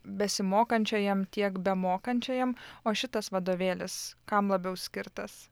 besimokančiajam tiek bemokančiajam o šitas vadovėlis kam labiau skirtas